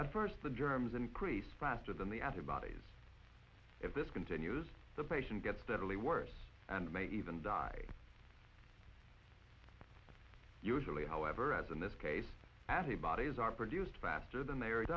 at first the germs increase faster than the other bodies if this continues the patient gets steadily worse and may even die usually however as in this case the bodies are produced faster than they are it